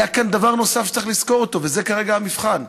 היה כאן דבר נוסף שצריך לזכור, וזה כרגע המבחן: